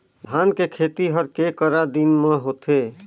धान के खेती हर के करा दिन म होथे?